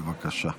בבקשה,